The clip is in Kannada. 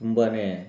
ತುಂಬನೇ